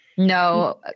No